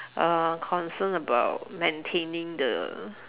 uh concerned about maintaining the